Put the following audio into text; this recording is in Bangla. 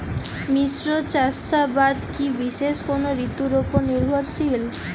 মিশ্র চাষাবাদ কি বিশেষ কোনো ঋতুর ওপর নির্ভরশীল?